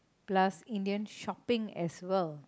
plus in the end shopping as well